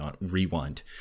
Rewind